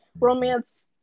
Romance